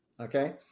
okay